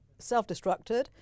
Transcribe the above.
self-destructed